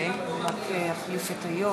(קוראת בשמות חברי הכנסת)